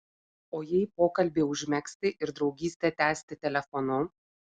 o jei pokalbį užmegzti ir draugystę tęsti telefonu